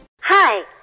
hi